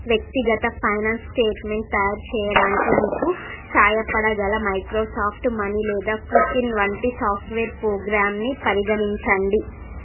వ్యక్తిగత finance statement తయారు చేయడానికి మీకు సాయపడగల మైక్రోసాఫ్ట్ మనీ లేదా క్వికిన్ వంటి సాఫ్ట్వేర్ ప్రోగ్రామ్ని పరిగణించండి